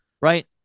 right